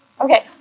Okay